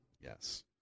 Yes